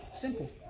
Simple